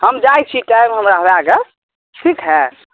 हम जाइ छी टाइम हमरा लागल ठीक हय